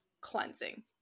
cleansing